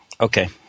Okay